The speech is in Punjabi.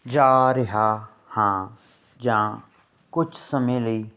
ਜਾ ਰਿਹਾ ਹਾਂ ਜਾਂ ਕੁਛ ਸਮੇਂ ਲਈ